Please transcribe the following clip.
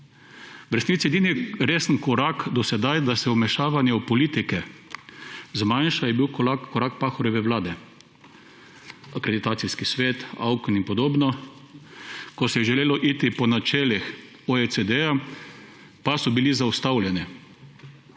V resnici je bil edini resen korak do sedaj, da se vmešavanje v politiko zmanjša, korak Pahorjeve vlade, akreditacijski svet, AUKN in podobno, ko se je želelo iti po načelih OECD, pa so bili zaustavljeni.